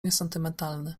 niesentymentalny